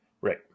Right